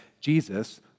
Jesus